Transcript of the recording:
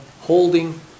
holding